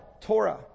Torah